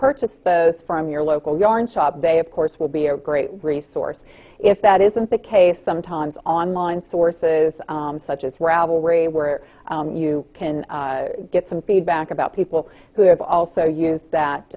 purchased those from your local yarn shop they of course will be a great resource if that isn't the case sometimes online sources such as ravelry where you can get some feedback about people who have also used that